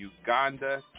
Uganda